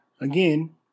Again